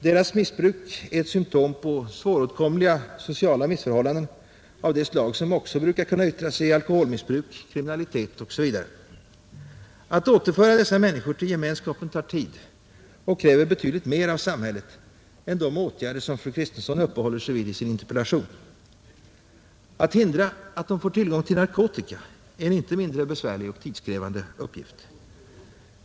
Deras missbruk är ett symtom på svåråtkomliga sociala missförhållanden av det slag som också brukar kunna yttra sig i alkoholmissbruk, kriminalitet osv. Att återföra dessa människor till gemenskapen tar tid och kräver betydligt mer av samhället än de åtgärder som fru Kristensson uppehåller sig vid i sin interpellation. Att hindra att de får tillgång till narkotika är en inte mindre besvärlig och tidskrävande uppgift.